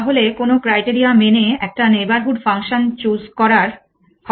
তাহলে কোন ক্রাইটেরিয়া মেনে একটা নেইবরহুড ফাংশন চুজ করার হবে